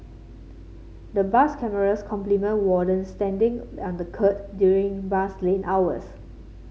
the bus cameras complement wardens standing on the kerb during bus lane hours